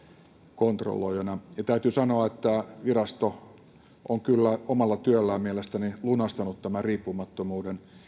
kontrolloijana ja täytyy sanoa että virasto on kyllä omalla työllään mielestäni lunastanut tämän riippumattomuuden